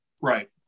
Right